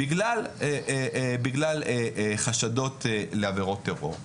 בגלל חשדות לעבירות טרור.